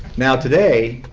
now today,